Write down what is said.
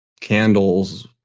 candles